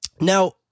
Now